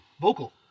vocal